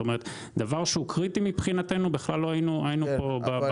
בדבר כזה שהוא קריטי לא היינו בלופ.